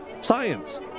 science